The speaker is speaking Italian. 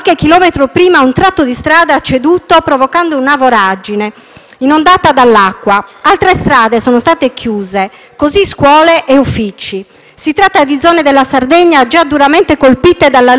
inondata dall'acqua. Altre strade sono state chiuse e così scuole e uffici. Si tratta di zone della Sardegna già duramente colpite dall'alluvione di diversi anni fa. Nel 2008 le vittime furono quattro.